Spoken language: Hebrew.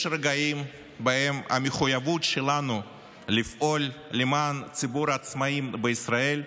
יש רגעים שבהם המחויבות שלנו לפעול למען ציבור העצמאים בישראל,